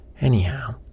Anyhow